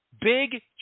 Big